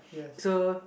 so